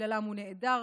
שבגללם הוא נעדר